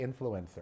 influencer